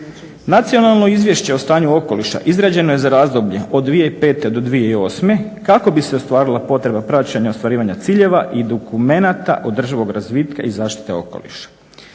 Nacionalno izvješće o stanju okoliša izrađeno je za razdoblje od 2005. do 2008. kako bi se ostvarila potreba praćenja ostvarivanja ciljeva i dokumenata održivog razvitka i zaštite okoliša.